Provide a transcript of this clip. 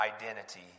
identity